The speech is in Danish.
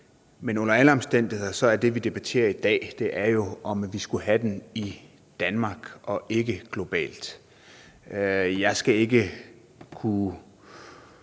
Men under alle omstændigheder er det, vi debatterer i dag, jo, om vi skulle have den skat i Danmark og ikke globalt. Jeg skal ikke kunne